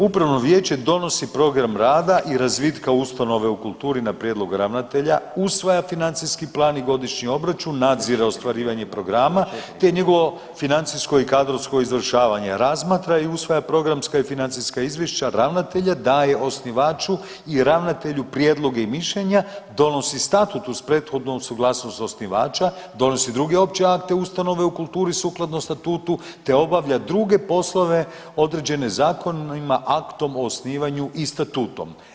Upravno vijeće donosi program rada i razvitka ustanove u kulturi na prijedlog ravnatelja, usvaja financijski plan i godišnji obračun, nadzire ostvarivanje programa te njegovo financijsko i kadrovsko izvršavanje, razmatra i usvaja programska i financijska izvješća ravnatelja, daje osnivaču i ravnatelju prijedloge i mišljenja, donosi statut uz prethodnu suglasnost osnivača, donosi druge opće ustanove u kulturi sukladno statutu, te obavlja druge poslove određene zakonima, aktom o osnivanju i statutom.